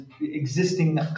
existing